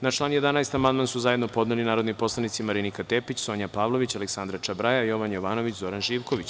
Na član 11. amandman su zajedno podneli narodni poslanici Marinika Tepić, Sonja Pavlović, Aleksandra Čobraja, Jovan Jovanović i Zoran Živković.